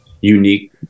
unique